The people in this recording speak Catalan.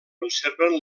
conserven